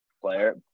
player